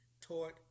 taught